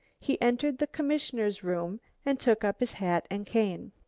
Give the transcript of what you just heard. he entered the commissioner's room and took up his hat and cane.